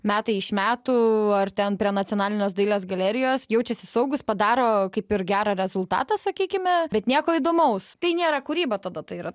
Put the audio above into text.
metai iš metų ar ten prie nacionalinės dailės galerijos jaučiasi saugūs padaro kaip ir gerą rezultatą sakykime bet nieko įdomaus tai nėra kūryba tada tai yra